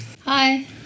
Hi